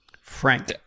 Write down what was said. Frank